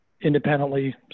independently